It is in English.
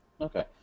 Okay